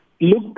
Look